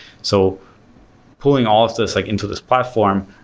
so pulling all of this like into this platform,